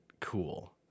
cool